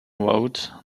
wrote